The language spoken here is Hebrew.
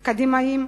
קדימאים,